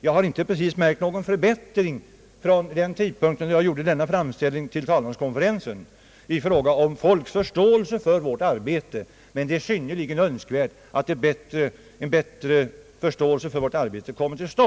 Jag har inte heller efter min framställning till talmanskonferensen märkt någon förbättring i allmänhetens uppfattning i fråga om vårt arbete, men det är synnerligen önskvärt att man får större förståelse för det.